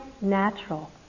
natural